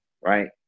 Right